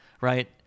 right